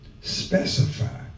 Specify